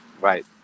Right